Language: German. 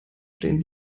stehen